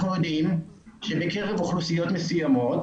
אנחנו יודעים שבקרב אוכלוסיות מסוימות